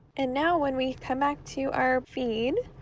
and now when we come back to our feed,